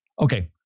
okay